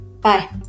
bye